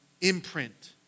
imprint